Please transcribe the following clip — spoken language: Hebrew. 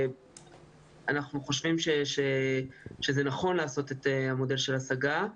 אנחנו חושבים שנכון לעשות מודל של השגה,